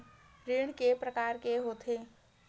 ऋण के प्रकार के होथे?